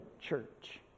church